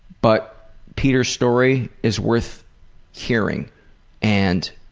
but peter's story is worth hearing and